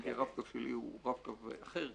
אם כי הרב קו שלי הוא רב קו אחר,